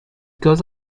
goes